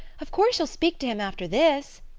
of course you'll speak to him after this.